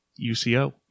UCO